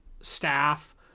staff